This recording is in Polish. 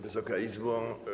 Wysoka Izbo!